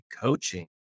coaching